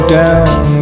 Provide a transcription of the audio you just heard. down